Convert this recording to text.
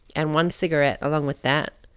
and one cigarette along with that.